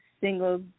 Single